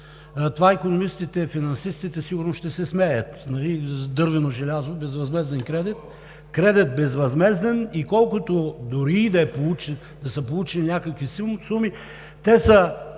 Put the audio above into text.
това икономистите и финансистите сигурно ще се смеят, нали, с дървено желязо, безвъзмезден кредит. Кредит безвъзмезден! Дори и да са получени някакви суми, те са